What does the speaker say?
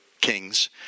kings